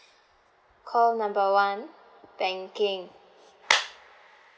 call number one banking